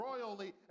royally